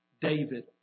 David